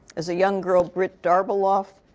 as a young girl, brit d'arbeloff,